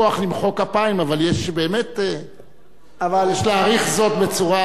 אבל יש באמת להעריך זאת הערכה רבה ביותר.